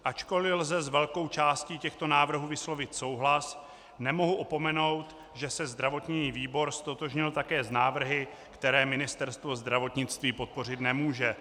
Ačkoli lze s velkou částí těchto návrhů vyslovit souhlas, nemohu opomenout, že se zdravotní výbor ztotožnil také s návrhy, které Ministerstvo zdravotnictví podpořit nemůže.